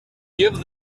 give